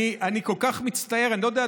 אני כל כך מצטער אני לא יודע,